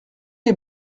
les